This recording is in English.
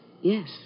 yes